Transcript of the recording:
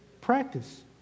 Practice